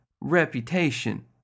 reputation